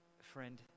Friend